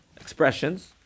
expressions